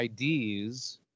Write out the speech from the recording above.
IDs